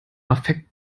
affekt